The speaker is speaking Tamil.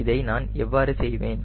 இதை நான் எவ்வாறு செய்வேன்